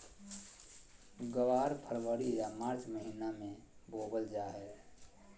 ग्वार फरवरी या मार्च महीना मे बोवल जा हय